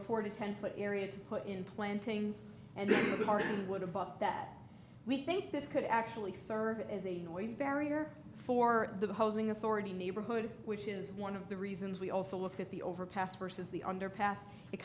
to ten foot area to put in plantings and the garden would have bought that we think this could actually serve as a noise barrier for the housing authority neighborhood which is one of the reasons we also looked at the overpass versus the underpass it